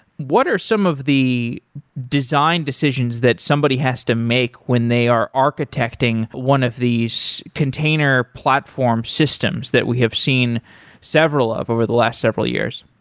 what are some of the design decisions that somebody has to make when they are architecting one of these container platform systems that we have seen several of over the last several years?